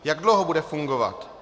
Jak dlouho bude fungovat?